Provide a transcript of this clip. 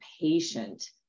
patient